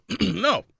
no